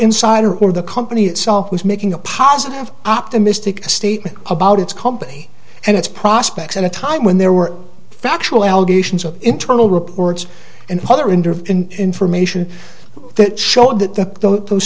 insider or the company itself was making a positive optimistic statement about its company and its prospects at a time when there were factual allegations of internal reports and other interview information that showed that th